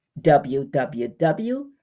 www